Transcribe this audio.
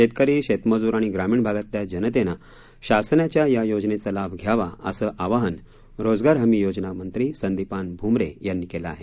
शेतकरी शेतमजूर आणि ग्रामीण भागातल्या जनतेनं शासनाच्या या योजनेचा लाभ घ्यावा असं आवाहन रोजगार हमी योजना मंत्री संदिपान भ्मरे यांनी केलं आहे